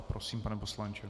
Prosím, pane poslanče.